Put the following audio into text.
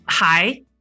Hi